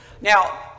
now